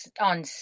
on